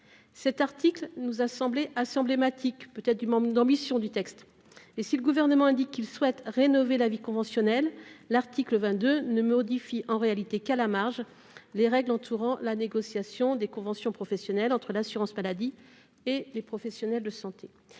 Cet article nous a semblé assez emblématique du manque d'ambition de ce texte. Si le Gouvernement indique qu'il souhaite « rénover la vie conventionnelle », l'article 22 ne modifie en réalité qu'à la marge les règles entourant la négociation des conventions professionnelles entre l'assurance maladie et les professionnels de santé.